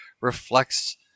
Reflects